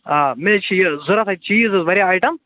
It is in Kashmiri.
آ مےٚ حظ چھِ یہِ ضوٚرتھ یہِ چیٖز حظ واریاہ آیٹَم